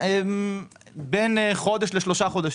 בין חודש לשלושה חודשים.